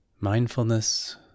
mindfulness